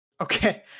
Okay